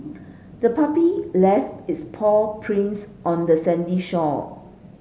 the puppy left its paw prints on the sandy shore